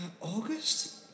August